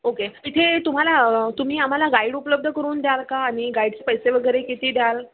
okay तिथे तुम्हाला तुम्ही आम्हाला गाईड उपलब्ध करून द्यालं का आणि गाईडचे पैसे वगैरे किती द्याल